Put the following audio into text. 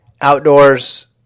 Outdoors